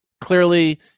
clearly